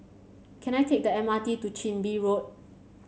can I take the M R T to Chin Bee Road